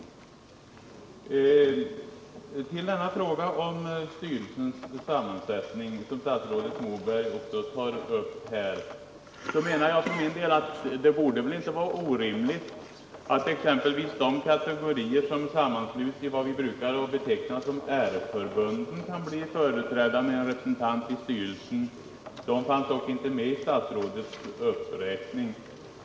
Statsrådet Moberg tar också upp frågan om styrelsens sammansättning. Jag menar för min del att det inte borde vara orimligt att exempelvis de kategorier som sammansluts i vad vi brukar beteckna som R-förbunden kan bli företrädda med en representant i styrelsen. De fanns dock inte med i statsrådets uppräkning.